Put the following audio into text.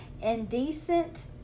indecent